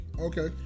Okay